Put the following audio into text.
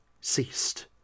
ceased